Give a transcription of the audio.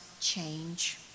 change